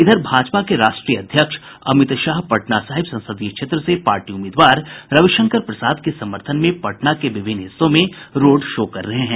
इधर भाजपा के राष्ट्रीय अध्यक्ष अमित शाह पटना साहिब संसदीय क्षेत्र से पार्टी उम्मीदवार रविशंकर प्रसाद के समर्थन में पटना के विभिन्न हिस्सों में रोड शो कर रहे हैं